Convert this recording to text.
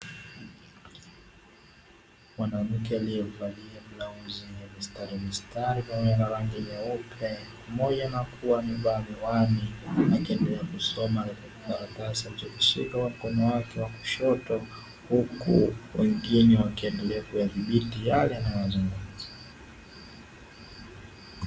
mwanamke aliyevaliwa mistari mistari moja na kuwa nyumbani akiendelea kusoma karatasi alichokushika mkono wake wa kushoto huku wengine wakiendelea kuyadhibiti yale na wazungu .